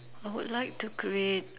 I would like to create